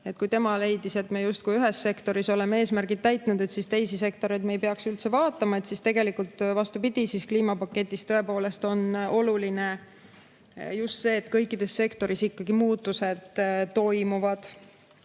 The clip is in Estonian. Kui tema leidis, et kui me ühes sektoris oleme eesmärgid täitnud, siis teisi sektoreid me ei peaks üldse vaatama, siis tegelikult on vastupidi: kliimapaketis tõepoolest on oluline just see, et kõikides sektorites ikkagi muutused toimuvad.